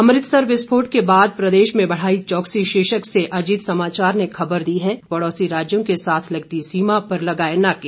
अमृतसर विस्फोट के बाद प्रदेश में बढ़ाई चौकसी शीर्षक से अजीत समाचार ने खबर दी है पड़ोसी राज्यों के साथ लगती सीमा पर लगाए नाके